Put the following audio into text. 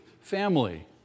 family